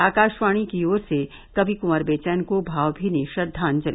आकाशवाणी की ओर से कवि कुंवर बेचैन को भावभीनी श्रद्वांजलि